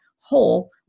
whole